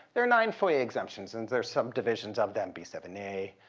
there are nine foia exemptions and there are subdivisions of them b seven a,